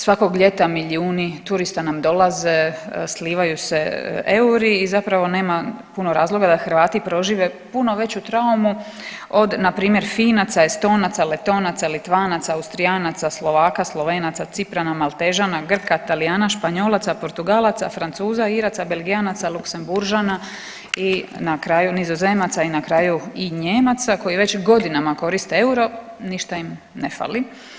Svakog ljeta milijuni turista nam dolaze, slivaju se euri i zapravo nema puno razloga da Hrvati prožive puno veću traumu od npr. Finaca, Estonaca, Letonaca, Litvanaca, Austrijanaca, Slovaka, Slovenaca, Ciprana, Maltežana, Grka, Talijana, Španjolaca, Portugalaca, Francuza, Iraca, Belgijanaca, Luksemburžana i na kraju Nizozemaca i na kraju i Nijemaca koji već godinama koriste euro, ništa im ne fali.